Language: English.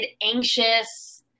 anxious